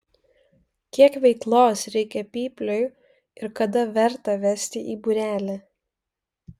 kiek veiklos reikia pypliui ir kada verta vesti į būrelį